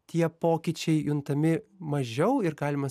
tie pokyčiai juntami mažiau ir galima